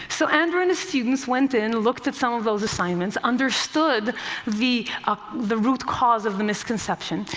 so andrew and his students went in, looked at some of those assignments, understood the ah the root cause of the misconception,